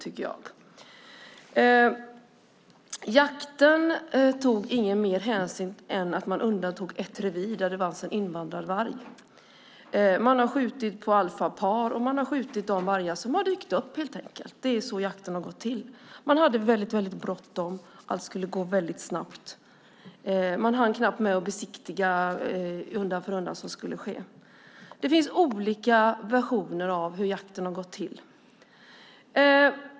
Jakten tog inte mer hänsyn än att man undantog ett revir där det fanns en invandrarvarg. Man har också skjutit på alfapar. Man har helt enkelt skjutit på de vargar som dykt upp. Det är så jakten har gått till. Man hade väldigt bråttom. Allt skulle gå väldigt snabbt. Man hann knappt med att besiktiga det som skulle ske. Det finns alltså olika versioner av hur jakten har gått till.